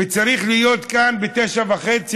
וצריך להיות כאן ב-09:30,